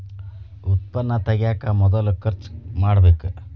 ಉತ್ಪನ್ನಾ ತಗಿಯಾಕ ಮೊದಲ ಖರ್ಚು ಮಾಡಬೇಕ